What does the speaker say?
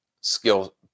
skill